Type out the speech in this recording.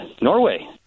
Norway